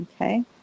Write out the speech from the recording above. okay